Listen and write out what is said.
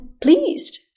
pleased